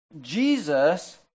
Jesus